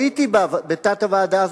הייתי בתת-הוועדה הזאת,